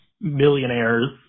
millionaires